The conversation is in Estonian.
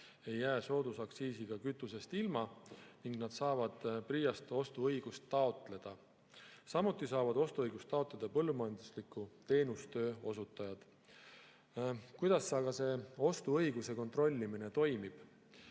ei jää soodusaktsiisiga kütusest ilma. Nad saavad PRIA-st ostuõigust taotleda. Samuti saavad ostuõigust taotleda põllumajandusliku teenustöö osutajad. Kuidas see ostuõiguse kontrollimine toimub?